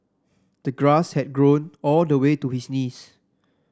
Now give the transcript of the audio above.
the grass had grown all the way to his knees